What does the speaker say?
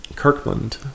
Kirkland